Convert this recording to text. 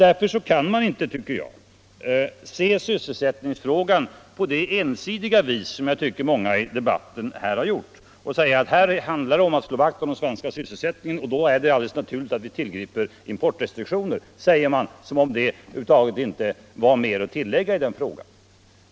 Därför kan man inte, tycker jag, se sysselsättnings frågan på det ensidiga vis som jag anser att många har gjort här i debatten. Här handlar det om att slå vakt om den svenska sysselsättningen och då är det naturligt att tillgripa importrestriktioner, säger man, som om det över huvud taget inte fanns mer att tillägga i den frågan.